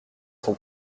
son